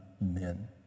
men